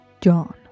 John